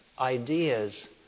Ideas